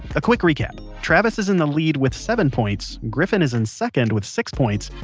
a quick recap travis is in the lead with seven points, griffin is in second with six points,